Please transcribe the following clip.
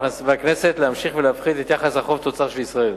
והכנסת להמשיך ולהפחית את יחס החוב תוצר של ישראל.